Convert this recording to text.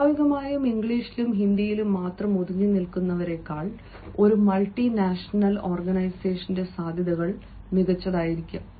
സ്വാഭാവികമായും ഇംഗ്ലീഷിലും ഹിന്ദിയിലും മാത്രം ഒതുങ്ങിനിൽക്കുന്നവരേക്കാൾ ഒരു മൾട്ടിനാഷണൽ ഓർഗനൈസേഷന്റെ സാധ്യതകൾ മികച്ചതായിരിക്കും